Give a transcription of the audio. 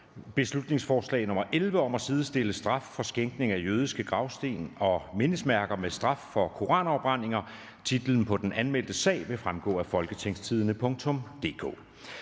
folketingsbeslutning om at sidestille straf for skænding af jødiske gravsten og mindesmærker med straf for koranafbrændinger). Titlen på den anmeldte sag vil fremgå af www.folketingstidende.dk